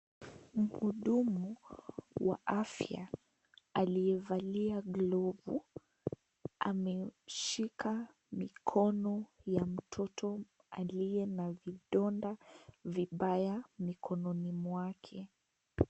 Muhudumu wa afia alie valia glovu amemshika mikono ya mtoto alie na vidonda vibaya mikononi mwake.